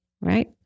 Right